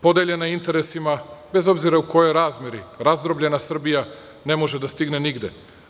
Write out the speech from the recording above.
Podeljena interesima, bez obzira u kojoj razmeri, razdrobljena Srbija ne može da stigne nigde.